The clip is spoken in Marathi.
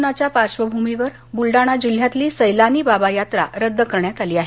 कोरोनाच्या पार्श्वभूमीवर बुलडाणा जिल्ह्यातली सैलानी बाबा यात्रा रद्द करण्यात आली आहे